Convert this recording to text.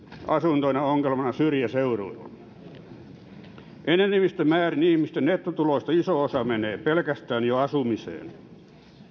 asuntoina ongelmana syrjäseuduilla enenevässä määrin ihmisten nettotuloista iso osa menee jo pelkästään asumiseen